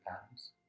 patterns